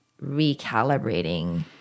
recalibrating